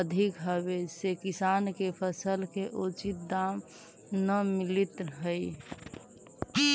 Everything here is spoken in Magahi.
अधिक होवे से किसान के फसल के उचित दाम न मिलित हइ